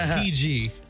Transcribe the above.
PG